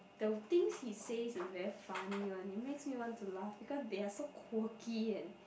the things he says is very funny one it makes you want to laugh because they are so quirky and